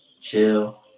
Chill